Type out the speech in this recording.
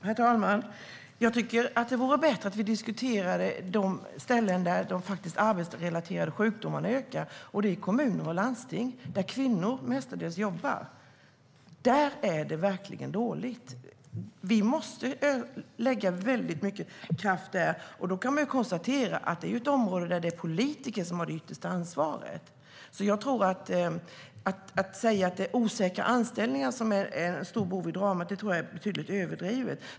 Herr talman! Jag tycker att det vore bättre att vi diskuterade de ställen där de arbetsrelaterade sjukdomarna ökar, och det är i kommuner och landsting där mestadels kvinnor jobbar. Där är det verkligen dåligt. Vi måste lägga väldigt mycket kraft där, och då kan vi konstatera att det är ett område där det är politiker som har det yttersta ansvaret. Att det är osäkra anställningar som är den stora boven i dramat tror jag är betydligt överdrivet.